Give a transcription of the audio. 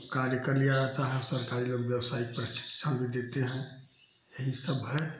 कार्य कर लिया जाता है और सरकारी लोग व्यावसायिक प्रशिक्षण भी देते हैं यही सब है